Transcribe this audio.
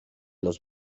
los